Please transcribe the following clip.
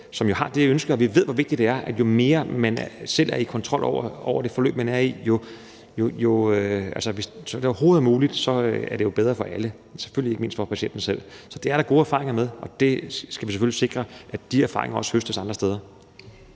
som har det ønske. Vi ved, hvor vigtigt det er, at jo mere, man selv er i kontrol over det forløb, man er i, jo bedre er det for alle – selvfølgelig ikke mindst for patienten selv. Så det er der gode erfaringer med, og vi skal selvfølgelig sikre, at de erfaringer også høstes andre steder.